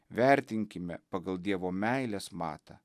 vertinkime pagal dievo meilės matą